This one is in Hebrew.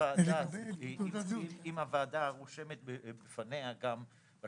אם הוועדה רושמת בפניה גם,